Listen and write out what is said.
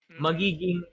magiging